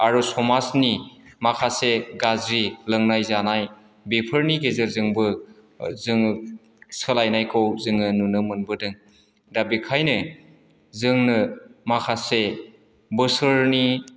आरो समाजनि माखासे गाज्रि लोंनाय जानाय बेफोरनि गेजेरजोंबो जोङो सोलायनायखौ जोङो नुनो मोनबोदों दा बेखायनो जोंनो माखासे बोसोरनि